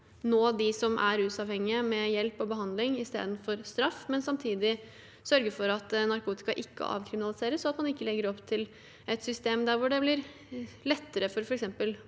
nå dem som er rusavhengige, med hjelp og behandling istedenfor straff, men samtidig sørge for at narkotika ikke avkriminaliseres, og at man ikke legger opp til et system der det blir lettere, f.eks.